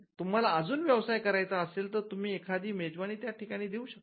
तुम्हाला अजून व्यवसाय करायचा असेल तर तुम्ही एखादी मेजवानी त्या ठिकाणी देऊ शकतात